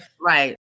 Right